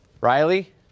Riley